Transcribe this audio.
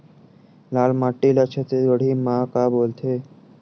लाल माटी ला छत्तीसगढ़ी मा का बोलथे?